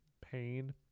pain